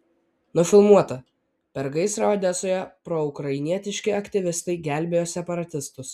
nufilmuota per gaisrą odesoje proukrainietiški aktyvistai gelbėjo separatistus